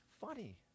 funny